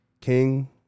King